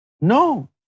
No